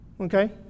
Okay